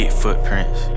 footprints